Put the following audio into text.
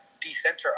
decenter